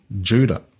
Judah